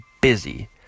busy